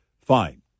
fine